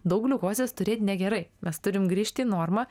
daug gliukozės turėt negerai mes turim grįžti į normą